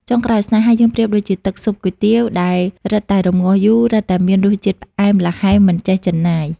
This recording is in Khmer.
ចុងក្រោយ ស្នេហាយើងប្រៀបដូចជាទឹកស៊ុបគុយទាវ ដែលរិតតែរំងាស់យូរ រិតតែមានរសជាតិផ្អែមល្ហែមមិនចេះជិនណាយ។